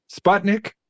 Sputnik